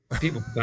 People